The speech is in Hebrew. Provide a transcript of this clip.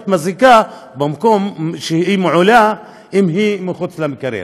מזיקה במקום מועילה אם היא מחוץ למקרר.